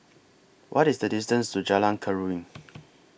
What IS The distance to Jalan Keruing